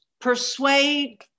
persuade